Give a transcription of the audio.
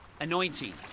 anointing